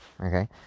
okay